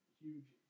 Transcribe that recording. huge